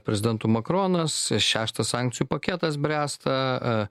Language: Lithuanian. prezidentu makronas šeštas sankcijų paketas bręsta